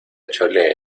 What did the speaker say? chole